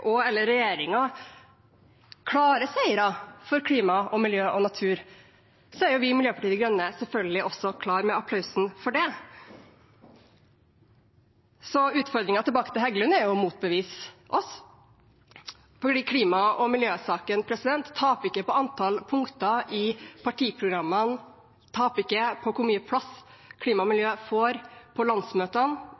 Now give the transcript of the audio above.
posisjon eller i opposisjon, og den dagen representanten Stefan Heggelund og/eller regjeringen klarer å oppnå seire for klima, miljø og natur, er vi i Miljøpartiet De Grønne selvfølgelig klar med applaus for det. Så utfordringen tilbake til Heggelund er å motbevise oss. Klima- og miljøsaken taper ikke på antall punkter i partiprogrammene, den taper ikke på hvor mye plass klima og miljø